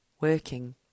working